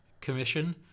commission